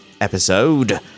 episode